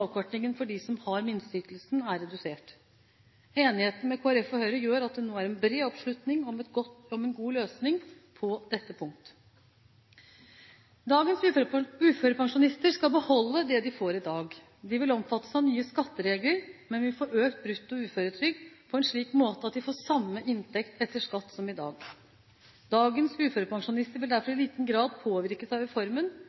avkortingen for dem som har minsteytelsen, er redusert. Enigheten med Kristelig Folkeparti og Høyre gjør at det nå er bred oppslutning om en god løsning på dette punktet. Dagens uførepensjonister skal beholde det de får i dag. De vil omfattes av nye skatteregler, men vil få økt brutto uføretrygd på en slik måte at de får samme inntekt etter skatt som i dag. Dagens uførepensjonister vil derfor